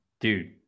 dude